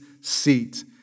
seat